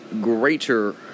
greater